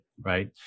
right